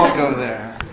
go there.